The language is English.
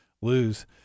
lose